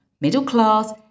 middle-class